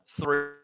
three